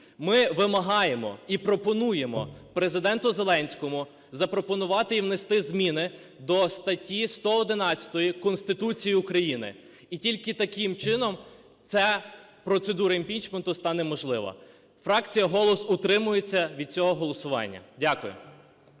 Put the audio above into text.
Ми вимагаємо і пропонуємо Президенту Зеленському запропонувати і внести зміни до статті 111 Конституції України, і тільки таким чином ця процедура імпічменту стане можливою. Фракція "Голос" утримується від цього голосування.